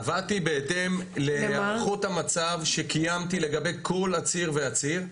עבדתי בהתאם להערכות המצב שקיימתי לגבי כל עציר ועציר.